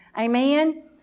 Amen